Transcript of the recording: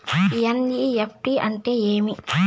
NEFT అంటే ఏమి